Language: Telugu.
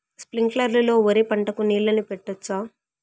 స్ప్రింక్లర్లు లో వరి పంటకు నీళ్ళని పెట్టొచ్చా?